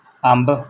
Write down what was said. ਅੰਬ